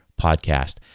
podcast